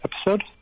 episode